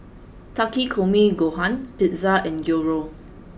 Takikomi Gohan Pizza and Gyros